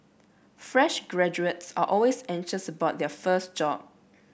fresh graduates are always anxious about their first job